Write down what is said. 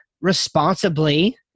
responsibly